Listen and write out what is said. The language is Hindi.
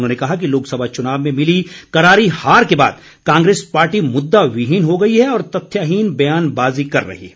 उन्होंने कहा कि लोकसभा चुनाव में मिली करारी हार के बाद कांग्रेस पार्टी मुद्दा विहीन हो गई है और तथ्यहीन बयानबाज़ी कर रही है